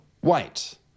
white